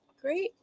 Great